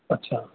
اچھا